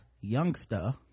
youngster